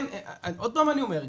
עוד פעם אני אומר,